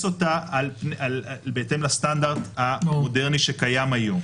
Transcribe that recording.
אותה בהתאם לסטנדרט המודרני שקיים היום.